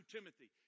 Timothy